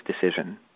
decision